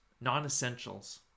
non-essentials